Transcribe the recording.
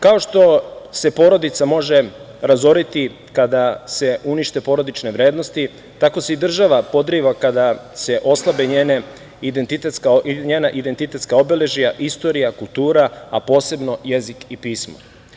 Kao što se porodica može razoriti kada se unište porodične vrednosti, tako se i država podriva kada se oslabe njena identitetska obeležja, istorija, kultura, a posebno jezik i pismo.